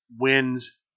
wins